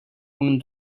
woman